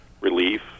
relief